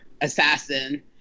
assassin